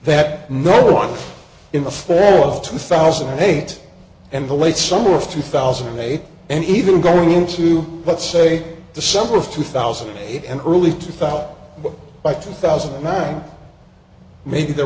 that no one in the fall of two thousand and eight and the late summer of two thousand and eight and even going into let's say december of two thousand and early two thought by two thousand and nine maybe there